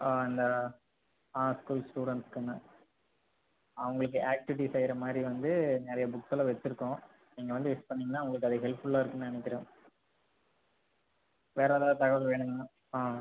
இந்த ஸ்கூல் ஸ்டுடென்ட்ஸ்க்குங்க அவங்களுக்கு ஆக்டிவிட்டீ செய்யுற மாதிரி வந்து நிறையா புக்ஸ்செல்லா வச்சுருக்கோம் நீங்கள் வந்து விசிட் பண்ணிங்கனா உங்களுக்கு அது ஹெல்ப்ஃபுல்லாக இருக்குன்னு நினைக்கிறேன் வேறு எதாவது தகவல் வேணுங்களா ஆ